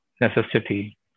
necessity